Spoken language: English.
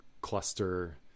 Cluster